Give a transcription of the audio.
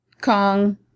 Kong